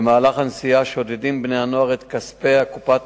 במהלך הנסיעה שודדים בני-הנוער את כספי קופת